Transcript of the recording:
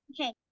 okay